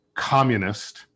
communist